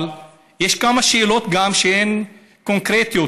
אבל יש כמה שאלות גם שהן קונקרטיות,